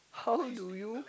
how do you